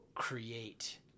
create